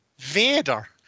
Vader